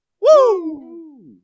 Woo